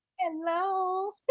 Hello